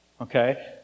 Okay